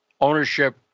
ownership